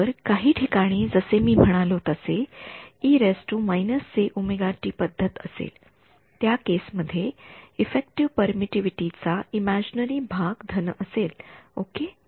तर काही ठिकाणी जसे मी म्हणालो तसे पद्धत असेल त्या केस मध्ये इफ्फेक्टिव्ह परमिटिव्हिटी चा इमॅजिनरी भाग धन असेल ओके